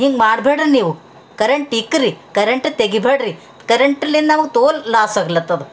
ಹಿಂಗೆ ಮಾಡಬೇಡ್ರಿ ನೀವು ಕರೆಂಟ್ ಇಕ್ರಿ ಕರೆಂಟ್ ತೆಗಿಬೇಡ್ರಿ ಕರೆಂಟಿಲ್ಲೆ ನಾವು ತೋಲ್ ಲಾಸ್ ಆಗ್ಲತ್ತದ